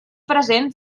present